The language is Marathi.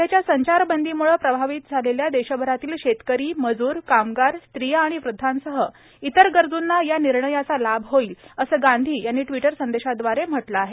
सध्याच्या संचारबंदीमुळे प्रभावित झालेल्या देशभरातील शेतकरीमजूर कामगार स्त्रिया आणि वृद्धांसह इतर गरजूंना या निर्णयाचा लाभ होईल असे गांधी यांनी ट्विटर संदेशाद्वारे म्हटले आहे